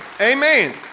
Amen